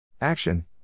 Action